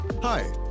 Hi